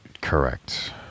Correct